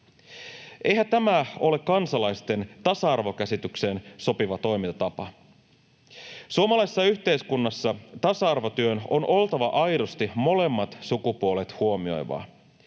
Eihän tämä ole kansalaisten tasa-arvokäsitykseen sopiva toimintatapa. Suomalaisessa yhteiskunnassa tasa-arvotyön on oltava aidosti molemmat sukupuolet huomioivaa.